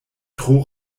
tro